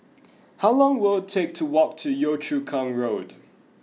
how long will it take to walk to Yio Chu Kang Road